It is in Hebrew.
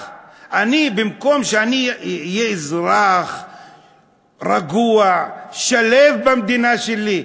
במקום זה, שאני אהיה אזרח רגוע, שלו, במדינה שלי.